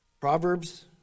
Proverbs